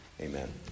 Amen